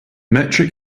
metric